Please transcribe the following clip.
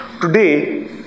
Today